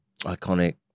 iconic